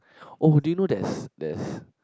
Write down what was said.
oh do you know there's there's